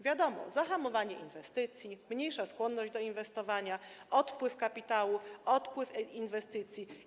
Wiadomo, zahamowanie inwestycji, mniejsza skłonność do inwestowania, odpływ kapitału, odpływ inwestycji.